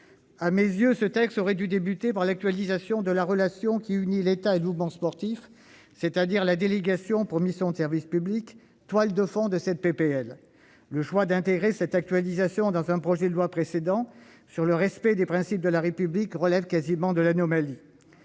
À mes yeux, ce texte aurait dû débuter par l'actualisation de la relation qui unit l'État et le mouvement sportif, c'est-à-dire la délégation pour mission de service public, toile de fond de cette proposition de loi. Le choix d'intégrer cette actualisation dans la loi confortant le respect des principes de la République, texte déjà examiné, relève quasiment de l'anomalie.